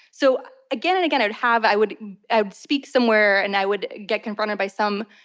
so, again and again i would have, i would i would speak somewhere and i would get confronted by some,